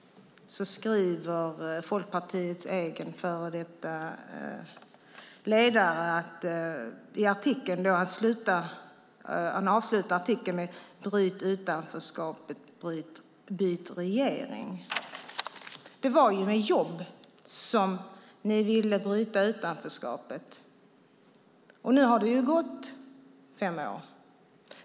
Folkpartiets egen före detta ledare avslutar artikeln med: Bryt utanförskapet! Byt regering! Det var ju med jobb ni ville bryta utanförskapet. Nu har det gått fem år.